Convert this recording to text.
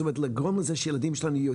זאת אומרת לגרום לזה שהילדים שלנו יהיו